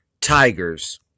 Tigers